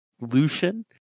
Lucian